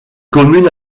commune